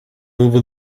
over